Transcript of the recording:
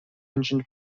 engine